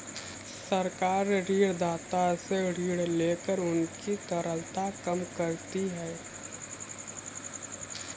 सरकार ऋणदाता से ऋण लेकर उनकी तरलता कम करती है